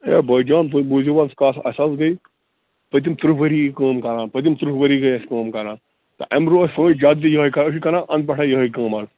ہے بٲے جان تُہۍ بوٗزِو حظ کَتھ اَسہِ حظ گٔے پٔتِم ترٕٛہ ؤری یہِ کٲم کَران پٔتِم ترٕٛہ ؤری گٔے اَسہِ کٲم کَران تہٕ اَمہِ برٛونٛہہ ٲسۍ سٲنۍ جد تہِ یِہےَ کَران أسۍ چھِ کران اَنٛدٕ پٮ۪ٹھَے یِہَے کٲم حظ